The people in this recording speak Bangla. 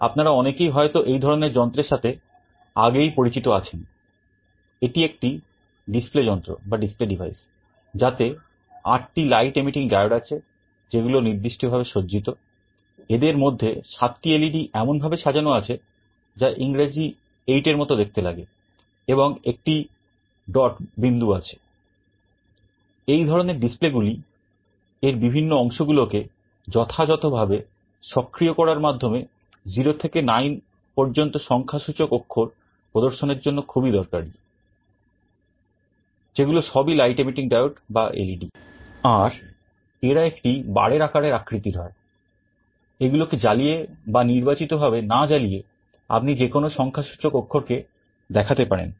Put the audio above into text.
আপনারা অনেকেই হয়তো এই ধরনের যন্ত্রের সাথে আগেই পরিচিত আছেন এটি একটি ডিসপ্লে যন্ত্র আর এরা একটি বারের আকারের আকৃতির হয় এগুলোকে জ্বালিয়ে বা নির্বাচিত ভাবে না জ্বালিয়ে আপনি যেকোন সংখ্যাসূচক অক্ষরকে দেখাতে পারেন